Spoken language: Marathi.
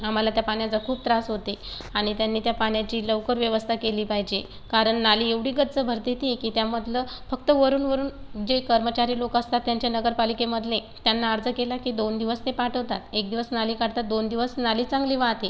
आम्हाला त्या पाण्याचा खूप त्रास होते आणि त्यांनी त्या पाण्याची लवकर व्यवस्था केली पाहिजे कारण नाली एवढी गच्च भरते ती की त्यामधलं फक्त वरून वरून जे कर्मचारी लोक असतात त्यांच्या नगरपालिकेमधले त्यांना अर्ज केला की दोन दिवस ते पाठवतात एक दिवस नाली काढतात दोन दिवस नाली चांगली वाहते